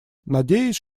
надеюсь